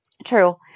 true